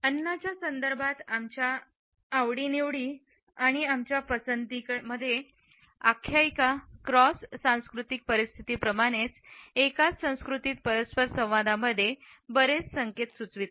अन्नाच्या संदर्भात आमच्या निवडी आणि आमच्या पसंतीमध्ये आख्यायिका क्रॉस सांस्कृतिक परिस्थितीप्रमाणेच एकाच संस्कृतीत परस्पर संवादामध्ये बरेच संकेत सुचवतात